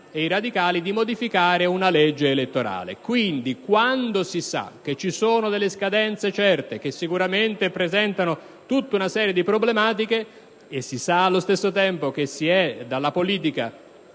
e i radicali - di modificare una legge elettorale. Quindi, quando si sa che ci sono delle scadenze certe che sicuramente presentano diverse problematiche e si sa, allo stesso tempo, che si è dalla politica